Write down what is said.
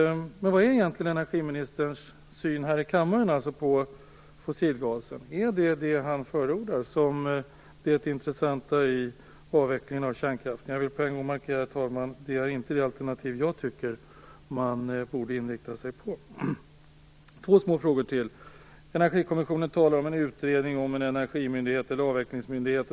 Kan energiministern här i kammaren tala om vad han har för syn på fossilgasen? Är det vad han förordar som det intressanta i avvecklingen av kärnkraften? Herr talman! Jag vill på en gång markera att det inte är det alternativ som jag tycker att vi borde inrikta oss på. Jag har en liten fråga till. I Energikommissionen talas det om en utredning om en energimyndighet eller avvecklingsmyndighet.